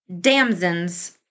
damsons